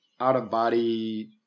out-of-body